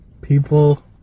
people